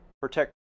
protect